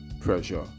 pressure